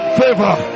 favor